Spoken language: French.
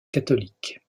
catholique